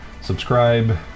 subscribe